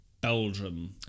Belgium